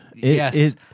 Yes